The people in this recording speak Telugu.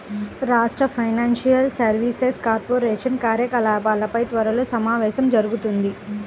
రాష్ట్ర ఫైనాన్షియల్ సర్వీసెస్ కార్పొరేషన్ కార్యకలాపాలపై త్వరలో సమావేశం జరుగుతుంది